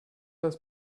das